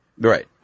Right